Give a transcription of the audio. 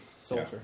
soldier